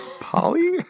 Polly